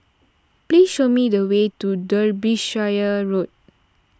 please show me the way to Derbyshire Road